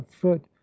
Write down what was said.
foot